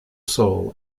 soul